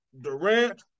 Durant